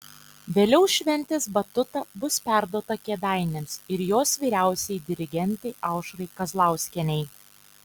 vėliau šventės batuta bus perduota kėdainiams ir jos vyriausiajai dirigentei aušrai kazlauskienei